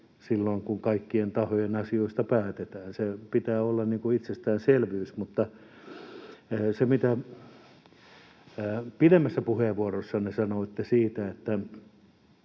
silloin, kun kaikkien tahojen asioista päätetään — sen pitää olla itsestäänselvyys. Mutta mitä pidemmässä puheenvuorossanne sanoitte siitä,